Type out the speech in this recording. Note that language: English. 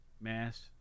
mass